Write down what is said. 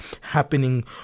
happening